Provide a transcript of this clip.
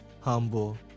humble